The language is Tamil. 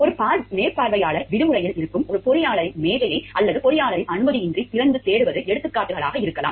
ஒரு மேற்பார்வையாளர் விடுமுறையில் இருக்கும் ஒரு பொறியாளரின் மேசையை அந்த பொறியாளரின் அனுமதியின்றித் திறந்து தேடுவது எடுத்துக்காட்டுகளாக இருக்கலாம்